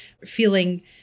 feeling